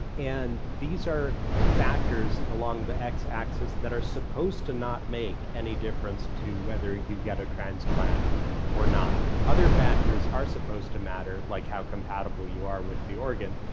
and these are factors along the x axis that are supposed to not make any difference to whether you get a transplant or not. other factors are supposed to matter, like how compatible you are with the organ,